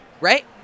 Right